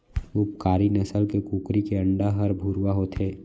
उपकारी नसल के कुकरी के अंडा हर भुरवा होथे